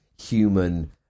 human